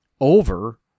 over